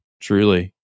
truly